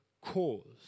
cause